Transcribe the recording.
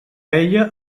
ella